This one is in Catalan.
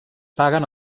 paguen